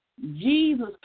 Jesus